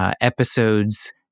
episodes